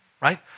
right